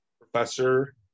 Professor